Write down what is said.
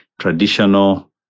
traditional